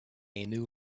new